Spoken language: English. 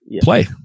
play